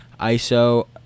ISO